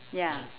ya